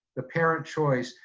the parent choice,